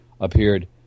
appeared